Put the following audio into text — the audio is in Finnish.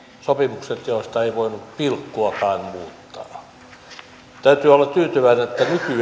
sopimukset joista ei voinut pilkkuakaan muuttaa täytyy olla tyytyväinen